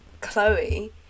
Chloe